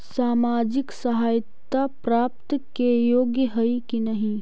सामाजिक सहायता प्राप्त के योग्य हई कि नहीं?